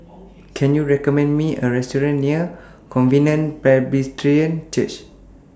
Can YOU recommend Me A Restaurant near Covenant Presbyterian Church